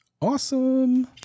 awesome